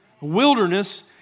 Wilderness